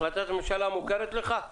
החלטת הממשלה מוכרת לך?